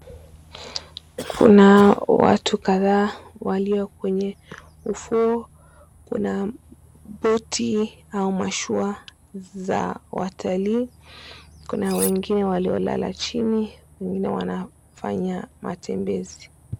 Kuna watu kadhaa walio kwenye ufuo, kuna boti au mashua za watalii, kuna wengine waliolala 𝑐ℎ𝑖𝑛𝑖, wengine wanafanya matembezi.